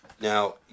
Now